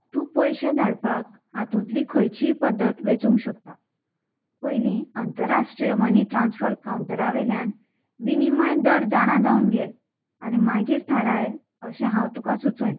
तूं पयशे धाडपाक हातूंतली खंयचीय पद्दत वेंचूंक शकता पयलीं अंतरराष्ट्रीय मनी ट्रान्स्फर कावंटरा वयल्यान विनिमय दर जाणा जावन घे आनी मागीर थाराय अशें हांव तुका सुचयन